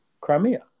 Crimea